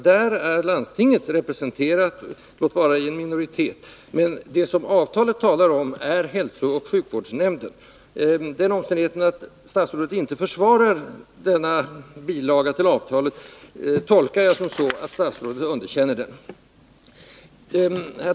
Där är landstinget representerat, låt vara i en minoritet, men det som avtalet handlar om är hälsooch sjukvårdsnämnden. Den omständigheten att statsrådet inte försvarar denna bilaga till avtalet tolkar jag så att statsrådet underkänner den.